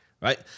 right